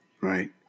Right